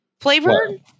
flavored